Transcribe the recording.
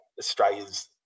Australia's